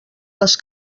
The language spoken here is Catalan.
les